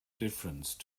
difference